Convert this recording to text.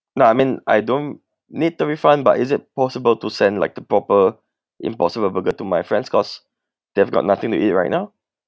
nah I mean I don't need the refund but is it possible to send like the proper impossible burger to my friends cause they've got nothing to eat right now